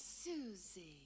Susie